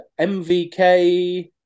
MVK